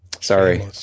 Sorry